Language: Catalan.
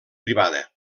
privada